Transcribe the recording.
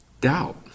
doubt